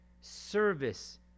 service